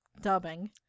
dubbing